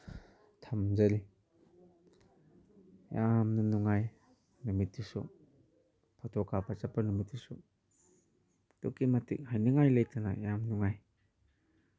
ꯊꯝꯖꯔꯤ ꯌꯥꯝꯅ ꯅꯨꯡꯉꯥꯏ ꯅꯨꯃꯤꯠꯇꯨꯁꯨ ꯐꯣꯇꯣ ꯀꯥꯞꯄ ꯆꯠꯄ ꯅꯨꯃꯤꯠꯇꯨꯁꯨ ꯑꯗꯨꯛꯀꯤ ꯃꯇꯤꯛ ꯍꯥꯏꯅꯤꯡꯉꯥꯏ ꯂꯩꯇꯅ ꯌꯥꯝ ꯅꯨꯡꯉꯥꯏ